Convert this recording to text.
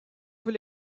tous